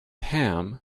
ham